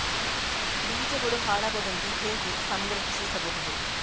ಬೀಜಗಳು ಹಾಳಾಗದಂತೆ ಹೇಗೆ ಸಂರಕ್ಷಿಸಬಹುದು?